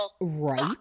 Right